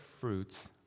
fruits